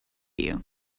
you